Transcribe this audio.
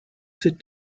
sit